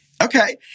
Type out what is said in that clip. Okay